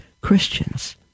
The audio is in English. Christians